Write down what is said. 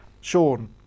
Sean